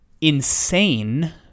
insane